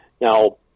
now